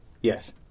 Yes